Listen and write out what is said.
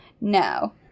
No